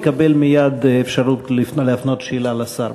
יקבל מייד אפשרות להפנות שאלה לשר.